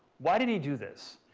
why did he do this?